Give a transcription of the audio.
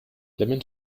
lemon